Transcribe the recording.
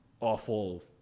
awful